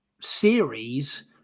series